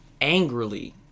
angrily